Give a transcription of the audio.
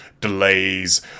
delays